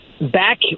back